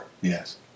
Yes